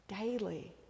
daily